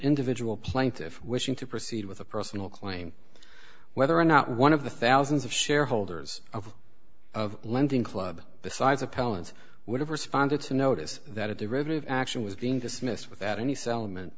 individual plaintiff wishing to proceed with a personal claim whether or not one of the thousands of shareholders of of lending club besides appellant would have responded to notice that a derivative action was being dismissed without any sel